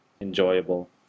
enjoyable